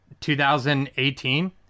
2018